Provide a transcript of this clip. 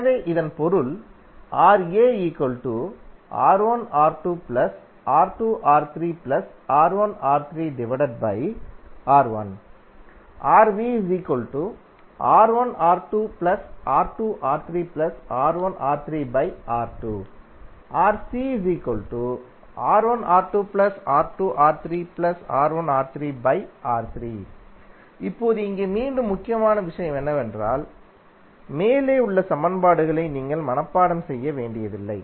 எனவே இதன் பொருள் இப்போது இங்கே மீண்டும் முக்கியமான விஷயம் என்னவென்றால் மேலே உள்ள சமன்பாடுகளை நீங்கள் மனப்பாடம் செய்ய வேண்டியதில்லை